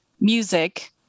music